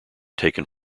taken